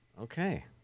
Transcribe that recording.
Okay